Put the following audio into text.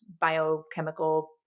biochemical